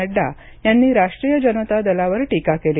नड्डा यांनी राष्ट्रीय जनता दलावर टीका केली